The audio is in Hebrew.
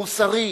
מוסרי.